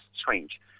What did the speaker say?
strange